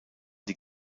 die